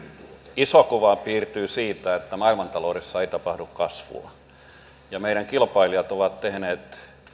iso kuva piirtyy siitä että maailmantaloudessa ei tapahdu kasvua ja meidän kilpailijamme ovat tehneet